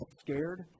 scared